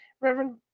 Reverend